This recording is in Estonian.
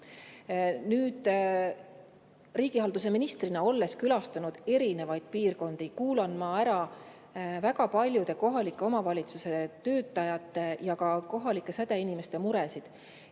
Riigihalduse ministrina, olles külastanud erinevaid piirkondi, kuulan ma ära paljude kohalike omavalitsuste töötajate ja ka kohalike sädeinimeste mured.